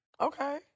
Okay